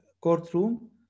courtroom